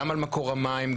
גם על מקור המים,